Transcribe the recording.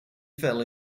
fell